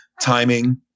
timing